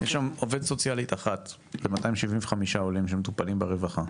עובדת סוציאלית אחת ל-275 עולים שמטופלים ברווחה,